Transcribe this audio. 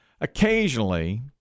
Occasionally